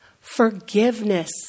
forgiveness